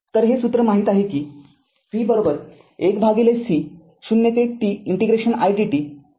तर हे सूत्र माहीत आहे कि v१ c ० ते t ∫ idt v माहीत आहे